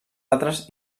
altres